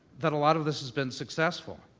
that a lot of this has been successful.